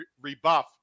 rebuff